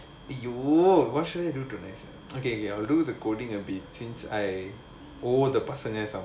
!aiyo! what should you do tonight okay I'll do the coding a bit since I owe the person some